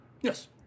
Yes